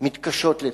מתקשות לתפקד.